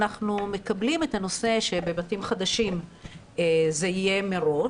אנחנו מקבלים את הנושא שבבתים חדשים זה יהיה מראש.